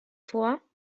vor